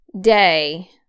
day